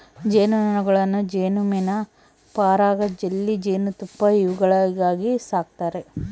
ಜೇನು ನೊಣಗಳನ್ನು ಜೇನುಮೇಣ ಪರಾಗ ಜೆಲ್ಲಿ ಜೇನುತುಪ್ಪ ಇವುಗಳಿಗಾಗಿ ಸಾಕ್ತಾರೆ